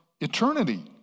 eternity